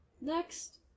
Next